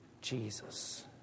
Jesus